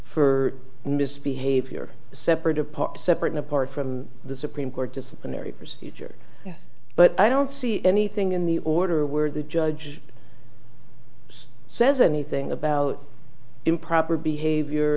for misbehavior separate apart separate and apart from the supreme court disciplinary procedures but i don't see anything in the order where the judge says anything about improper behavior